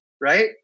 right